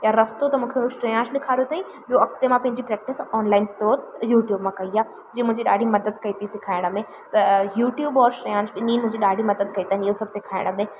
या रस्तो त मूंखे श्रेयांश ॾेखारियो अथाईं ॿियो अॻिते मां पंहिंजी प्रैक्टिस ऑनलाइन स्त्रोत यूट्यूब मां कई आहे जीअं मुंहिंजी ॾाढी मदद कई अथईं सिखारण में त यूट्यूब और श्रेयांश ॿिन्हीं मुंहिंजी ॾाढी मदद कई अथनि इहो सभु सिखारण में